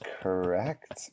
correct